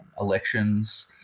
elections